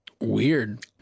Weird